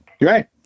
Right